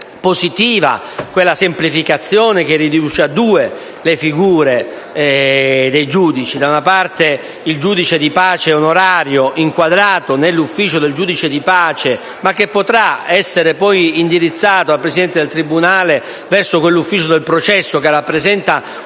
giudizio, quella semplificazione che riduce a due le figure dei giudici: da una parte, il giudice di pace onorario, inquadrato nell'ufficio del giudice di pace, ma che potrà essere poi indirizzato dal presidente del tribunale presso l'ufficio del processo, che rappresenta una